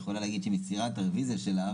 היא יכולה להגיד שהיא מסירה את הרוויזיה שלה,